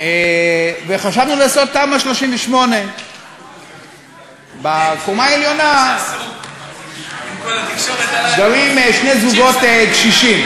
וחשבנו לעשות תמ"א 38. בקומה העליונה גרים שני זוגות קשישים,